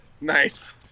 Nice